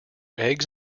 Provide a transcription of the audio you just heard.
eggs